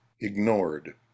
ignored